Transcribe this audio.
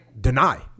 deny